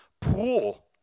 pool